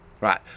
Right